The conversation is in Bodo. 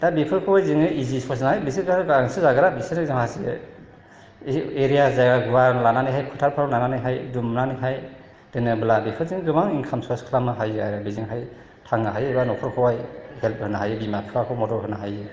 दा बेफोरखौ जोङो इजि सर्स होननानै बिसोरथ' आरो गांसो जाग्रा बिसोरो जा माखासो एरिया जायगा गुवार लानानैहाय फोथारफोराव लानानैहाय दुमनानैहाय दोनोब्ला बेफोरजों गोबां इनकाम सर्स खालामनो हायो आरो बेजोंहाय थांनो हायो एबा न'खरखौहाय हेल्प होनो हायो बिमा बिफाखौ मदद होनो हायो